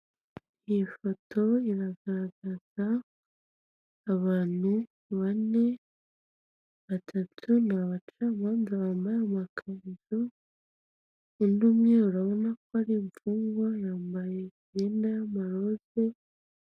Iyi foto iragaragaza abantu bane, batatu ni abacamanza bambaye amakanzu, undi umwe urabona ko ari imfungwa yambaye imyenda y'amaroza.